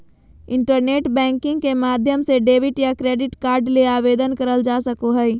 internet banking के माध्यम से डेबिट या क्रेडिट कार्ड ले आवेदन करल जा सको हय